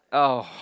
oh